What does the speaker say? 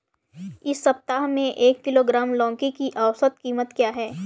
इस सप्ताह में एक किलोग्राम लौकी की औसत कीमत क्या है?